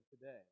today